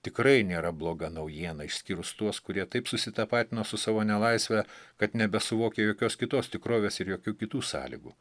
tikrai nėra bloga naujiena išskyrus tuos kurie taip susitapatino su savo nelaisve kad nebesuvokia jokios kitos tikrovės ir jokių kitų sąlygų